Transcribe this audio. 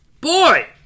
boy